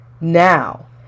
Now